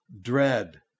Dread